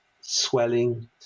swelling